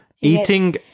Eating